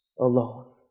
alone